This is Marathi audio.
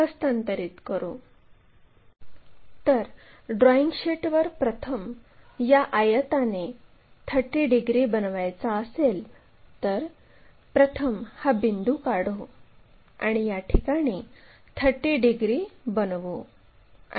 तर ड्रॉईंग शीटवर या आयताने 30 डिग्री बनवायचा असेल तर प्रथम हा बिंदू काढू आणि याठिकाणी 30 डिग्री बनवू